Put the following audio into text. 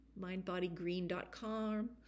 mindbodygreen.com